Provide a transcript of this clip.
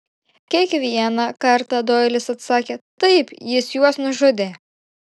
kiekvieną kartą doilis atsakė taip jis juos nužudė